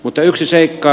mutta yksi seikka